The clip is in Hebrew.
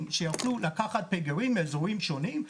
שיוכלו לקחת פגרים מאזורים שונים,